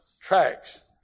Tracks